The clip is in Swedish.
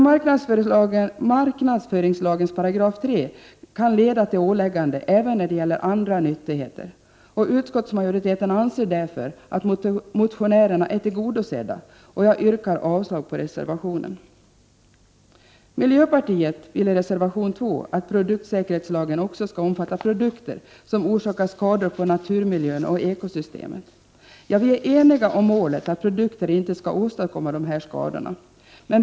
Marknadsföringslagen 3 § kan leda till åläggande även när det gäller andra nyttigheter. Utskottsmajoriteten anser därför att motionärerna är tillgodosedda, och jag yrkar avslag på reservationen. Miljöpartiet vill i reservation nr 2 att produktsäkerhetslagen också skall omfatta produkter som orsakar skador på naturmiljön och ekosystemet. Vi är eniga om målet att produkter inte skall kunna åstadkomma dessa skador.